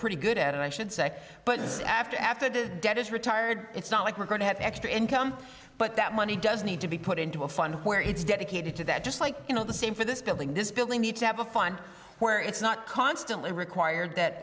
pretty good at it i should say but it's after after the debt is retired it's not like we're going to have extra income but that money doesn't need to be put into a fund where it's dedicated to that just like you know the same for this building this building need to have a fund where it's not constantly rick wired that